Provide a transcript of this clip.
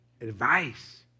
advice